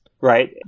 right